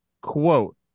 quote